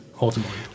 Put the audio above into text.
ultimately